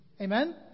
amen